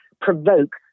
provoke